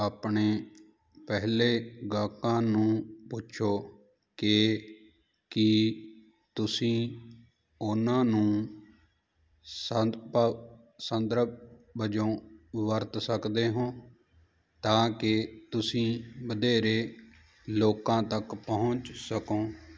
ਆਪਣੇ ਪਹਿਲੇ ਗਾਹਕਾਂ ਨੂੰ ਪੁੱਛੋ ਕਿ ਕੀ ਤੁਸੀਂ ਉਨ੍ਹਾਂ ਨੂੰ ਸੰਦਬ ਸੰਦਰਭ ਵਜੋਂ ਵਰਤ ਸਕਦੇ ਹੋ ਤਾਂ ਕਿ ਤੁਸੀਂ ਵਧੇਰੇ ਲੋਕਾਂ ਤੱਕ ਪਹੁੰਚ ਸਕੋ